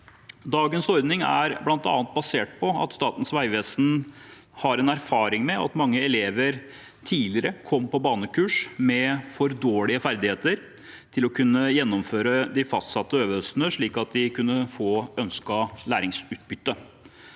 Dagens ordning er bl.a. basert på Statens vegvesens erfaring med at mange elever tidligere kom på banekurs med for dårlige ferdigheter til å kunne gjennomføre de fastsatte øvelsene slik at de ga ønsket læringsutbytte.